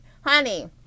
Honey